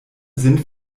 sind